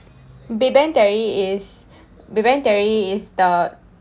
big bang theory is big bang theory is the